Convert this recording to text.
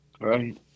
Right